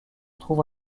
trouve